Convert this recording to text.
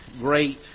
great